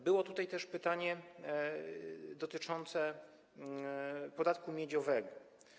Było też pytanie dotyczące podatku miedziowego.